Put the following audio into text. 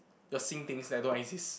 you're seeing things that don't exist